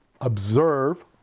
observe